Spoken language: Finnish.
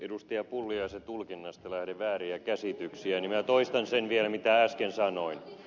pulliaisen tulkinnasta lähde vääriä käsityksiä minä toistan sen vielä mitä äsken sanoin